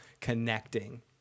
connecting